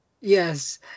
Yes